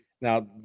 now